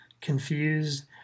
confused